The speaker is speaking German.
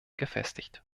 gefestigt